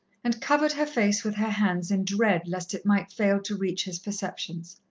and covered her face with her hands in dread lest it might fail to reach his perceptions.